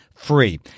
free